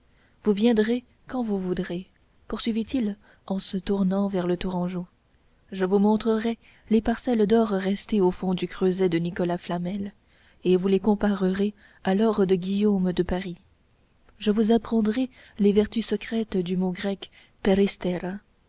vous viendrez quand vous voudrez poursuivit-il en se tournant vers le tourangeau je vous montrerai les parcelles d'or restées au fond du creuset de nicolas flamel et vous les comparerez à l'or de guillaume de paris je vous apprendrai les vertus secrètes du mot grec